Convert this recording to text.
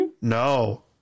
No